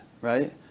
right